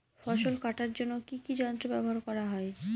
ফসল কাটার জন্য কি কি যন্ত্র ব্যাবহার করা হয়?